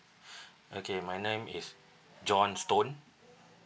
okay my name is john stone